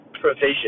provision